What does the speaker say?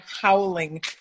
howling